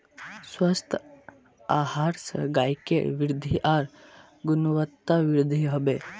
स्वस्थ आहार स गायकेर वृद्धि आर गुणवत्तावृद्धि हबे